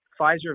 Pfizer